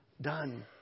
done